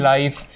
Life